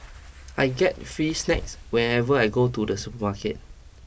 I get free snacks whenever I go to the supermarket